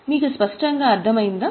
మీకు స్పష్టంగా అర్థమయిందా